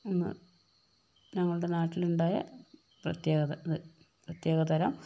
അന്ന് ഞങ്ങളുടെ നാട്ടിലുണ്ടായ പ്രത്യേക ഇത് പ്രത്യേകതരം